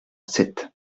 sept